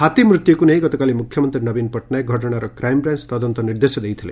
ହାତୀ ମୃତ୍ୟୁକୁ ନେଇ ଗତକାଲି ମୁଖ୍ୟମନ୍ତୀ ନବୀନ ପଟ୍ଟନାୟକ ଘଟଣାର କ୍ରାଇମ୍ବ୍ରାଞ ତଦନ୍ତ ନିର୍ଦ୍ଦେଶ ଦେଇଥିଲେ